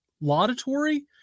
laudatory